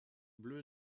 bleue